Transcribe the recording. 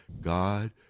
God